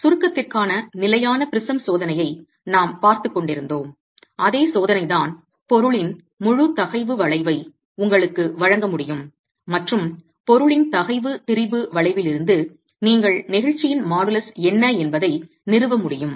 சுருக்கத்திற்கான நிலையான ப்ரிஸம் சோதனையை நாம் பார்த்துக் கொண்டிருந்தோம் அதே சோதனைதான் பொருளின் முழு தகைவு வளைவை உங்களுக்கு வழங்க முடியும் மற்றும் பொருளின் தகைவு திரிபு வளைவிலிருந்து நீங்கள் நெகிழ்ச்சியின் மாடுலஸ் என்ன என்பதை நிறுவ முடியும்